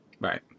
right